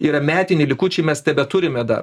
yra metiniai likučiai mes tebeturime dar